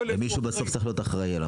מישהו בסוף צריך להיות אחראי על המקום.